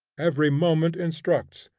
every moment instructs,